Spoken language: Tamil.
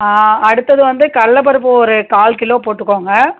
அடுத்தது வந்து கடல பருப்பு ஒரு கால் கிலோ போட்டுக்கோங்க